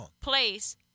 place